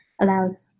allows